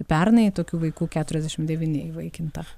pernai tokių vaikų keturiasdešimt devyni įvaikinta